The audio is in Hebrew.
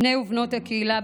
בני ובנות הקהילה,